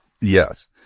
Yes